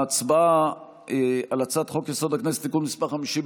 ההצבעה על הצעת חוק-יסוד: הכנסת (תיקון מס' 50,